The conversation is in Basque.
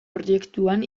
proiektuan